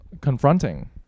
confronting